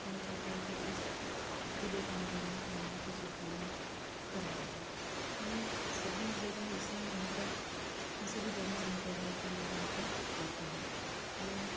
कहा जाता है कि इस क़िले का निर्माण मांडू के सुल्तान ने कराया था ये सभी जगह ऐसी है जहाँ पर सभी धर्म संप्रदाय के लोग यहाँ पे आते हैं और